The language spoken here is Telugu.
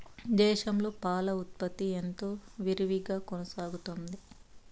దేశంలో పాల ఉత్పత్తి ఎంతో విరివిగా కొనసాగుతోంది